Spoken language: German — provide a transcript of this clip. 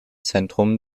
zentrum